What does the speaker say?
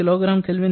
79783 kJkgK